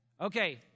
Okay